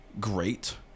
great